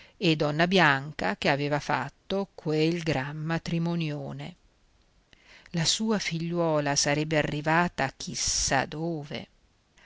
e donna bianca che aveva fatto quel gran matrimonione la sua figliuola sarebbe arrivata chissà dove